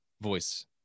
voice